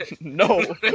No